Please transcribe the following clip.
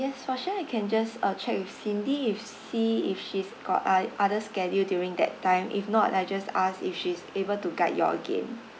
yes for sure I can just uh check with cindy if see if she's got uh other schedule during that time if not I'll just ask if she is able to guide you all again